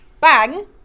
bang